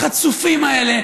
החצופים האלה,